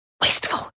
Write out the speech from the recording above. Wasteful